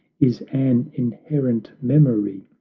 is an inherent memory,